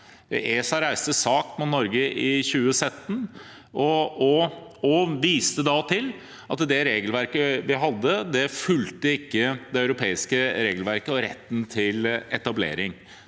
ESA reiste sak mot Norge i 2017 og viste til at det regelverket vi hadde, ikke fulgte det europeiske regelverket og retten til etab